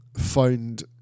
found